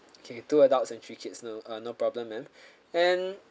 okay two adults and three kids no uh no problem ma'am and